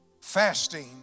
fasting